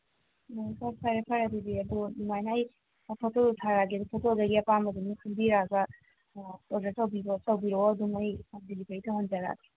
ꯎꯝ ꯍꯣꯏ ꯐꯔꯦ ꯐꯔꯦ ꯑꯗꯨꯗꯤ ꯑꯗꯨ ꯑꯗꯨꯃꯥꯏꯅ ꯑꯩ ꯐꯣꯇꯣꯗꯣ ꯊꯥꯔꯛꯑꯒꯦ ꯑꯗꯣ ꯐꯣꯇꯣꯗꯒꯤ ꯑꯄꯥꯝꯕꯗꯨꯃ ꯈꯟꯕꯤꯔꯒ ꯑꯣꯔꯗꯔ ꯇꯧꯕꯤꯔꯛꯑꯣ ꯑꯗꯨꯝ ꯑꯩ ꯗꯤꯂꯤꯕꯔꯤ ꯇꯧꯍꯟꯖꯔꯛꯑꯒꯦ